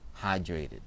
hydrated